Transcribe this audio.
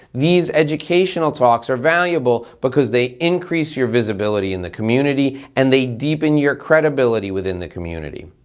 these educational talks are valuable because they increase your visibility in the community and they deepen your credibility within the community.